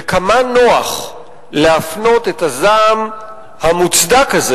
וכמה נוח להפנות את הזעם המוצדק הזה,